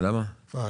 נכון.